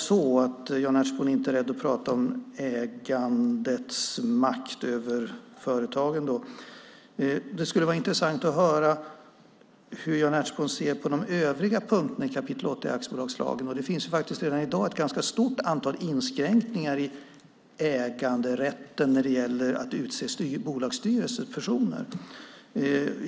Om nu Jan Ertsborn inte är rädd att prata om ägandets makt över företaget skulle det vara intressant att höra hur Jan Ertsborn ser på de övriga punkterna i aktiebolagslagen. Det finns redan i dag ett ganska stort antal inskränkningar i äganderätten när det gäller att utse bolagsstyrelsepersoner.